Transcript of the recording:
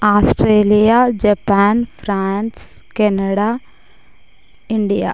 Australia Japan France Canada India